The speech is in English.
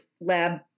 lab